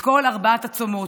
בכל ארבעת ימי הצומות,